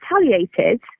retaliated